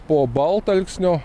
po baltalksnio